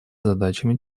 задачами